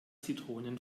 zitronen